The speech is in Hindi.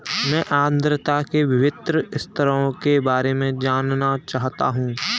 मैं आर्द्रता के विभिन्न स्तरों के बारे में जानना चाहता हूं